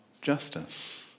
justice